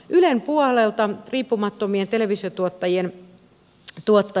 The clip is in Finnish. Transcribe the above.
ylen puolelta